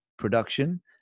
production